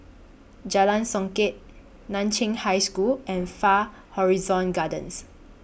Jalan Songket NAN Chiau High School and Far Horizon Gardens